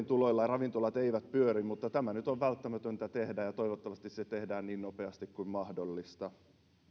tuloilla ravintolat eivät pyöri mutta tämä nyt on välttämätöntä tehdä ja toivottavasti se tehdään niin nopeasti kuin mahdollista